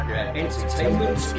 entertainment